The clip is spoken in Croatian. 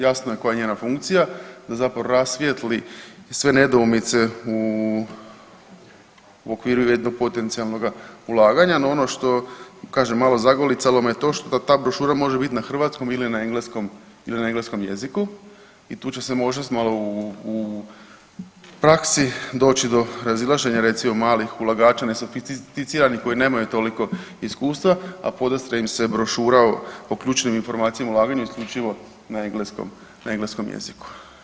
Jasno je koja je njena funkcija da zapravo rasvijetli i sve nedoumice u, u okviru jednog potencijalnog ulaganja no ono što kažem malo zagolicalo me to što ta brošura može biti na hrvatskom ili na engleskom ili na engleskom jeziku i tu će se možda malo u praksi doći do razilaženja recimo malih ulagača nesofisticiranih koji nemaju toliko iskustva, a podastre im se brošura o ključnim informacijama o ulaganju isključivo na engleskom, na engleskom jeziku.